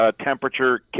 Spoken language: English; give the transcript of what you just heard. temperature